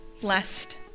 blessed